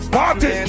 Party